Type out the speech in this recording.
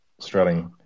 Australian